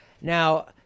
Now